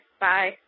Bye